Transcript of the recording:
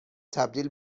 تبدیل